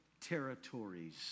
territories